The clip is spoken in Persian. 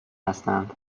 هستند